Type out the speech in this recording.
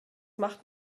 macht